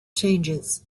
changes